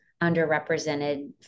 underrepresented